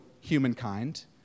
humankind